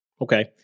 okay